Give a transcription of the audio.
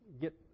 get